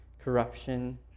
corruption